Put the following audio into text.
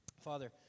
Father